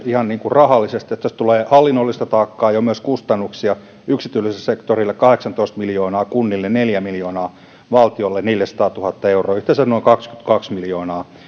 ihan rahallisesti tästä tulee hallinnollista taakkaa ja myös kustannuksia yksityiselle sektorille kahdeksantoista miljoonaa kunnille neljä miljoonaa valtiolle neljäsataatuhatta euroa yhteensä noin kaksikymmentäkaksi miljoonaa